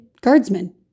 Guardsmen